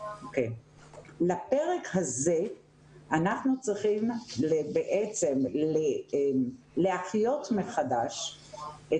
לפרק הזה אנחנו צריכים בעצם להחיות מחדש את